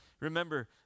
Remember